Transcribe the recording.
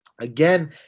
again